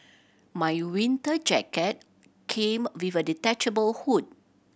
my winter jacket came with a detachable hood